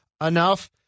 enough